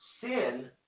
sin